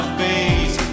face